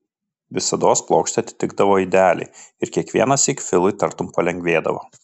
visados plokštė atitikdavo idealiai ir kiekvienąsyk filui tartum palengvėdavo